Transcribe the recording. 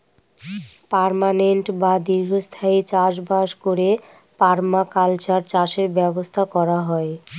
permanent বা দীর্ঘস্থায়ী চাষ বাস করে পারমাকালচার চাষের ব্যবস্থা করা হয়